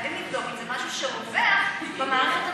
חייבים לבדוק אם זה משהו שרווח במערכת המשפטית,